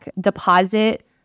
deposit